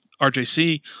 RJC